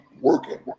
working